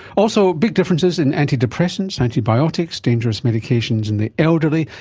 also, big differences in antidepressants, antibiotics, dangerous medications in the elderly,